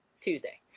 Tuesday